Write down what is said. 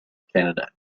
canada